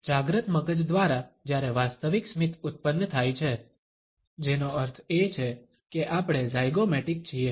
જાગૃત મગજ દ્વારા જ્યારે વાસ્તવિક સ્મિત ઉત્પન્ન થાય છે જેનો અર્થ એ છે કે આપણે ઝાયગોમેટિક છીએ